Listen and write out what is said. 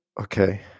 okay